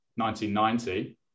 1990